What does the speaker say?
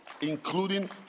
including